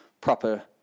proper